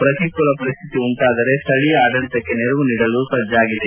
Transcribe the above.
ಪ್ರತಿಕೂಲ ಪರಿಸ್ಥಿತಿ ಉಂಟಾದರೆ ಸ್ಥಳೀಯ ಆಡಳಿತಕ್ಕೆ ನೆರವು ನೀಡಲು ಸಜ್ಜಾಗಿದೆ